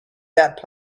that